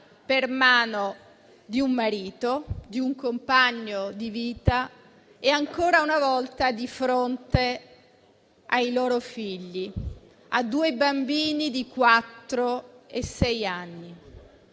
per mano di un marito, un compagno di vita e, ancora una volta, di fronte ai loro figli, a due bambini di quattro